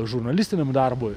žurnalistiniam darbui